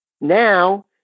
Now